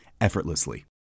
effortlessly